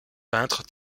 peintre